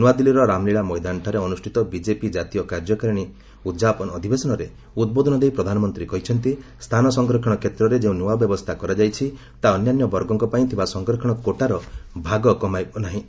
ନୂଆଦିଲ୍ଲୀର ରାମଲୀଳା ମଇଦାନଠାରେ ଅନୁଷ୍ଠିତ ବିକେପି କାତୀୟ କାର୍ଯ୍ୟକାରିଣୀ ଉଦ୍ଯାପନ ଅଧିବେଶନରେ ଉଦ୍ବୋଧନ ଦେଇ ପ୍ରଧାନମନ୍ତ୍ରୀ କହିଛନ୍ତି ସ୍ଥାନ ସଂରକ୍ଷଣ କ୍ଷେତ୍ରରେ ଯେଉଁ ନୂଆ ବ୍ୟବସ୍ଥା କରାଯାଇଛି ତାହା ଅନ୍ୟାନ୍ୟ ବର୍ଗଙ୍କ ପାଇଁ ଥିବା ସଂରକ୍ଷଣ କୋଟାର ଭାଗ କମାଇବ ନାହିଁ